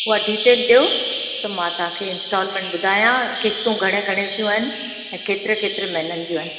उहा डिटेल ॾियो त मां तव्हांखे इंस्टॉलमेंट ॿुधाया किश्तू घणे घणे जूं आहिनि ऐं केतिरे केतिरे महीननि जूं आहिनि